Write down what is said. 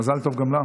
מזל טוב גם לך.